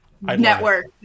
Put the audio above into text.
network